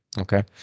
okay